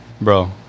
Bro